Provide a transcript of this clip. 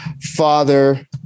father